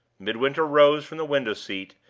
midwinter rose from the window-seat,